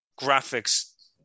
graphics